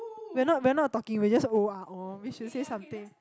we're not we're not talking we just oh ah oh we should say something